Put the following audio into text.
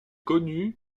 connu